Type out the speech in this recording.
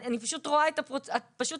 אני פשוט רואה, את פשוט